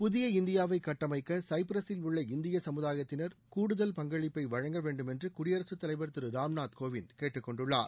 புதிய இந்தியாவை கட்டமைக்க சைப்ரஸில் உள்ள இந்திய சமுதாயத்தினர் கூடுதல் பங்களிப்பை வழங்க வேண்டும் என்று குடியரசுத் தலைவர் திரு ராம்நாத் கோவிந்த் கேட்டுக்கொண்டுள்ளார்